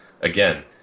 again